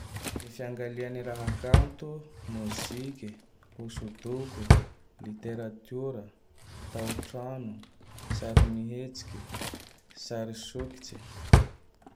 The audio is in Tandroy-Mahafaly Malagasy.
Ny fiangalia ny raha kanto: moziky, hosodoko, literatiora, taotrano, sary misetsiky, sary sokitsy.